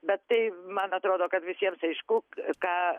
bet tai man atrodo kad visiems aišku ką